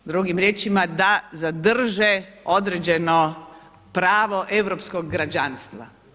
Drugim riječima da zadrže određeno pravo europskog građanstva.